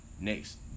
next